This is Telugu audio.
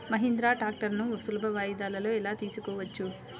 మహీంద్రా ట్రాక్టర్లను సులభ వాయిదాలలో ఎలా తీసుకోవచ్చు?